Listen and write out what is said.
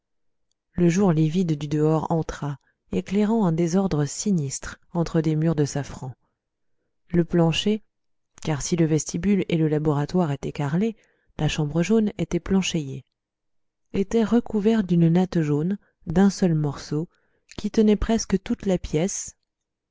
le jour livide du dehors entra éclairant un désordre sinistre entre des murs de safran le plancher car si le vestibule et le laboratoire étaient carrelés la chambre jaune était planchéiée était recouvert d'une natte jaune d'un seul morceau qui tenait presque toute la pièce